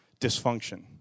dysfunction